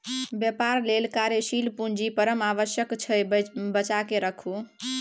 बेपार लेल कार्यशील पूंजी परम आवश्यक छै बचाकेँ राखू